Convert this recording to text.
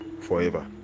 forever